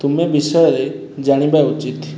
ତୁମେ ବିଷୟରେ ଜାଣିବା ଉଚିତ୍